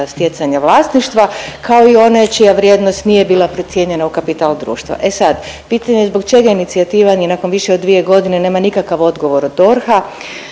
stjecanja vlasništva kao i one čija vrijednost nije bila procijenjena u kapital društva. E sad pitanje je zbog čega inicijativa ni nakon više od 2 godine nema nikakav odgovor DORH-a